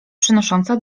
przynosząca